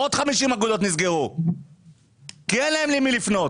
עוד 50 אגודות נסגרו כי אין להם למי לפנות